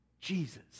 Jesus